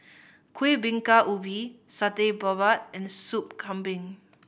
Kuih Bingka Ubi Satay Babat and Soup Kambing